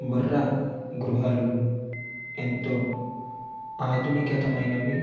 బొర్ర గుహాలు ఎంతో ఆధునికతమైనవి